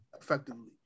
effectively